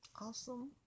awesome